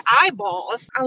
eyeballs